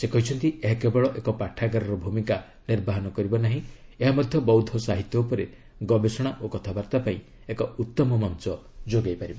ସେ କହିଚ୍ଚନ୍ତି ଏହା କେବଳ ଏକ ପାଠାଗାରର ଭୂମିକା ନିର୍ବାହ କରିବ ନାହିଁ ଏହାମଧ୍ୟ ବୌଦ୍ଧ ସାହିତ୍ୟ ଉପରେ ଗବେଷଣା ଓ କଥାବାର୍ତ୍ତା ପାଇଁ ଏକ ଉତ୍ତମ ମଞ୍ଚ ଯୋଗାଇବ